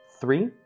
three